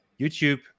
YouTube